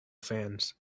fans